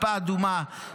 כיפה אדומה,